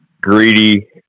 greedy